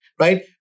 right